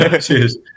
cheers